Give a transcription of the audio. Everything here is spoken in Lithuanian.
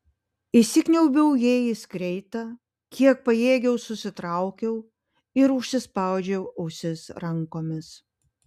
įsikniaubiau jai į skreitą kiek pajėgiau susitraukiau ir užsispaudžiau ausis rankomis